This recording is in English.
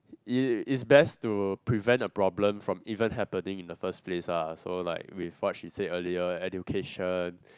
it it's best to prevent a problem from even happening in the first place ah so like with what she said earlier education